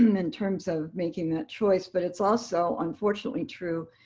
um in terms of making that choice. but it's also unfortunately true,